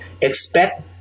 expect